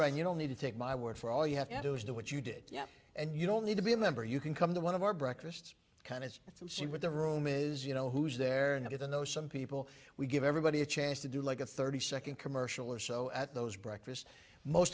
right you don't need to take my word for all you have to do is do what you did yeah and you don't need to be a member you can come to one of our breakfast kind of spots and see what the room is you know who's there and get to know some people we give everybody a chance to do like a thirty second commercial or so at those breakfast most